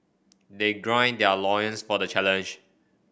they gird their loins for the challenge